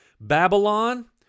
Babylon